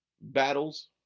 battles